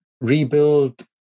Rebuild